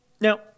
Now